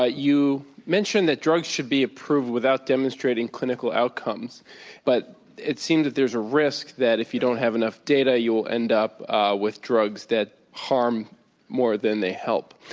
ah you mentioned that drugs should be approved without demonstrating clinical outcomes. and but it seems that there's a risk that if you don't have enough data, you will end up with drugs that harm more than they help.